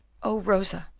oh, rosa,